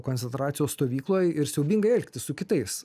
koncentracijos stovykloj ir siaubingai elgtis su kitais